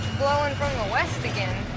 blowing from the west again.